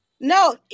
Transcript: No